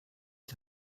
die